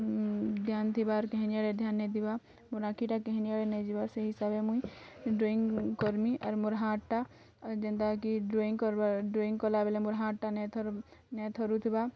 ଧ୍ୟାନ ଥିବାର କେହି ଧ୍ୟାନ ନାଇଁ ଦେବା ମୋର୍ ଆଖିଟା କେହି ଆଡ଼େ ନାଇଁ ଯିବାର୍ ସେଇ ହିସାବେ ମୁଇଁ ଡ୍ରଇଂ କର୍ମି ଆର ମୋର୍ ହାତ୍ଟା ଯେନ୍ତା କି ଡ୍ରଇଂ କର୍ବାର୍ ଡ୍ରଇଂ କଲା ବେଲେ ମୋର୍ ହାତ୍ଟା ନାଇଁ ଥରୁନ୍ ନାଇଁ ଥରୁଥିବା